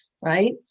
right